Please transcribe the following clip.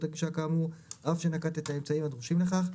הגישה כאמור אף שנקט את האמצעים הדרושים לכך,